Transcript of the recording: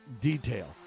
detail